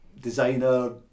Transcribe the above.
designer